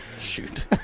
shoot